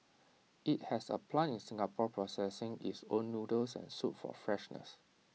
IT has A plant in Singapore processing its own noodles and soup for freshness